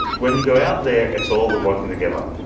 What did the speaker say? when you go out there, it's all of them working together,